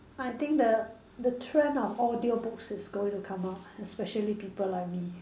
I think the the trend of audio books is going to come out especially people like me